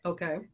Okay